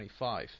25